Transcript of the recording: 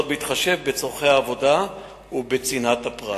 בהתחשב בצורכי העבודה ובצנעת הפרט.